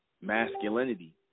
masculinity